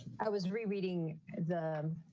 i was rereading the